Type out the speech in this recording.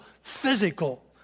physical